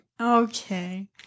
Okay